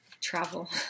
travel